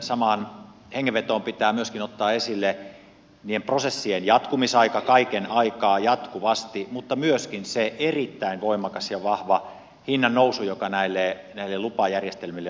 samaan hengenvetoon pitää myöskin ottaa esille niiden prosessien jatkumisaika kaiken aikaa jatkuvasti mutta myöskin se erittäin voimakas ja vahva hinnannousu joka näille lupajärjestelmille on tullut